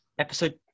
Episode